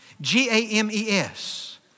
G-A-M-E-S